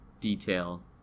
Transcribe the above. detail